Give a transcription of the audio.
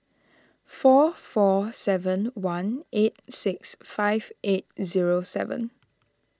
four four seven one eight six five eight zero seven